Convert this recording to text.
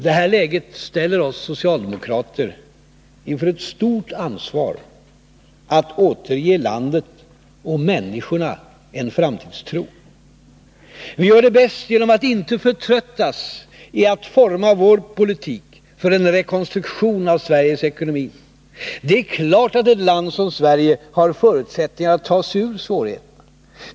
Detta läge ställer oss socialdemokrater inför ett stort ansvar att återge landet och människorna en framtidstro. Vi gör det bäst genom att inte förtröttas i att forma vår politik för en rekonstruktion av Sveriges ekonomi. Det är klart att ett land som Sverige har förutsättningar att ta sig ur svårigheterna.